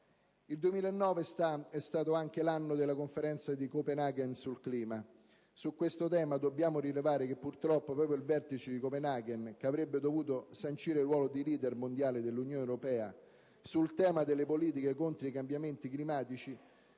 Il 2009 è stato anche l'anno della conferenza di Copenhagen sul clima. Su questo tema dobbiamo rilevare che purtroppo proprio il vertice di Copenhagen, che avrebbe dovuto sancire il ruolo di *leader* mondiale dell'Unione europea sul tema delle politiche contro i cambiamenti climatici,